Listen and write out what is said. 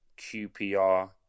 QPR